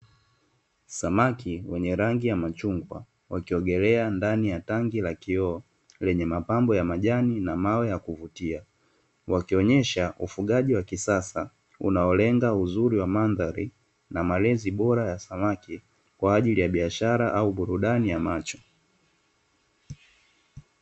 Samaki wenye rangi ya machungwa wakiogelea ndani ya tanki la kioo, lenye mapambo ya majani na mawe yakuvutia wakionyesha ufugaji wa kisasa unalo lenga uzuri wa madhari na malezi bora ya samaki kwaajili ya biashara na burudani ya macho.